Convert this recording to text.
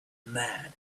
mad